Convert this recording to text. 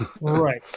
Right